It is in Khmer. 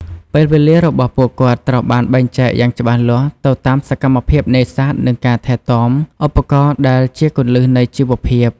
ពេលវេលារបស់ពួកគាត់ត្រូវបានបែងចែកយ៉ាងច្បាស់លាស់ទៅតាមសកម្មភាពនេសាទនិងការថែទាំឧបករណ៍ដែលជាគន្លឹះនៃជីវភាព។